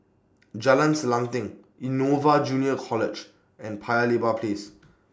Jalan Selanting Innova Junior College and Paya Lebar Place